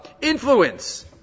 influence